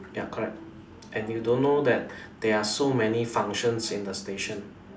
ya correct and you don't know that there are so many functions in the station